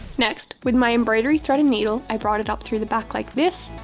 next, with my embroidery thread and needle, i brought it up through the back like this,